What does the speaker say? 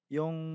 yung